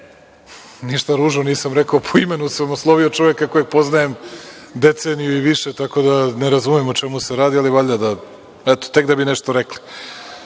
nisam ružno rekao, po imenu sam oslovio čoveka koga poznajem deceniju i više, tako da ne razumem o čemu se radi, ali valjda, tek da bi nešto rekli. Dakle,